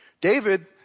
David